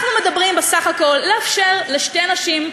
אנחנו מדברים בסך הכול על לאפשר לשתי נשים,